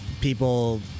people